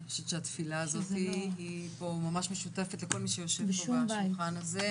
אני חושבת שהתפילה הזאת משותפת לכל מי שישוב בשולחן הזה,